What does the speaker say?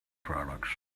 products